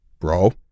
Bro